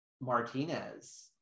Martinez